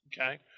Okay